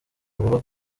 bagomba